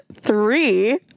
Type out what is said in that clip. three